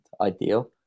ideal